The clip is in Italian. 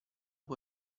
può